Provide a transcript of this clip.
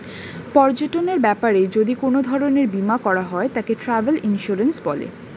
পর্যটনের ব্যাপারে যদি কোন ধরণের বীমা করা হয় তাকে ট্র্যাভেল ইন্সুরেন্স বলে